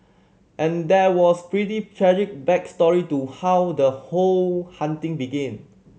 and there was pretty tragic back story to how the whole haunting began